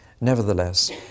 nevertheless